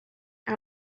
out